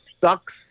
sucks